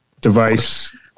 device